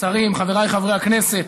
השרים, חבריי חברי הכנסת,